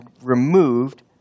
removed